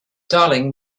darling